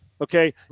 Okay